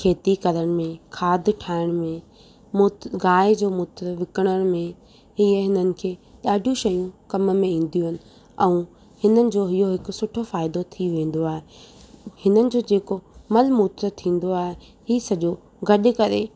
खेती करण में खाध ठाहिण में मू गांइ जो मूत्र विकिरण में इहे इन्हनि खे ॾाढियूं शयूं कम में ईंदियूं आहिनि ऐं हिननि जो इहो हिकु सुठो फ़ाइदो थी वेंदो आहे हिननि जो जेको मल मूत्र थींदो आहे हीउ सॼो गॾु करे